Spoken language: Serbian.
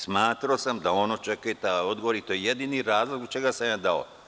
Smatrao sam da on očekuje taj odgovor i to je jedini razlog zbog čega sam ja dao.